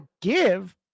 give